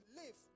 live